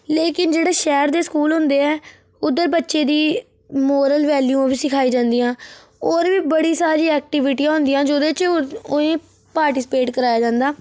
लेकिन जेह्ड़े शैहर दे स्कूल होंदे ऐ उद्धर बच्चे दी मारल वैल्यू बी सिखाई जंदियां होर बी बड़ी सारी एक्टीविटी होंदियां जेह्दे च उनेंगी पार्टिसिपेट कराया जंदा